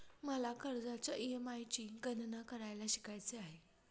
मला कर्जाच्या ई.एम.आय ची गणना करायला शिकायचे आहे